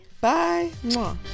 bye